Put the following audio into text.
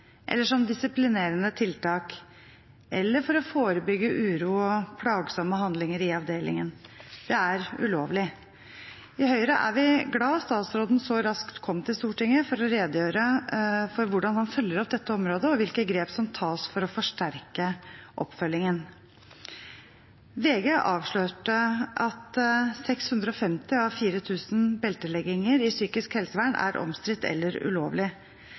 eller som disiplinerende tiltak eller for å forebygge uro og plagsomme handlinger i avdelingen. Det er ulovlig. I Høyre er vi glad for at statsråden så raskt kom til Stortinget for å redegjøre for hvordan han følger opp dette området, og hvilke grep som tas for å forsterke oppfølgingen. VG avslørte at 650 av 4 000 beltelegginger i psykisk helsevern er omstridt eller ulovlig.